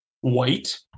white